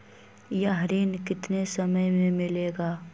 यह ऋण कितने समय मे मिलेगा?